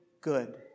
good